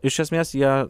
iš esmės jie